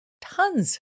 tons